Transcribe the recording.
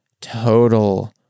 total